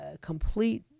complete